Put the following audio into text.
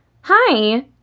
Hi